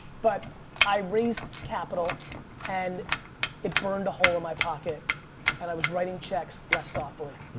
but i raised capital and it burned a hole in my pocket and i was writing checks less thoughtfully.